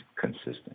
consistent